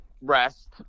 rest